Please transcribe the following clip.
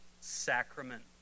sacrament